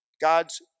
God's